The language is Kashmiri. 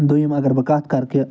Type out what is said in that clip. دوٚیِم اَگر بہٕ کَتھ کَرٕ کہِ